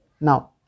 Now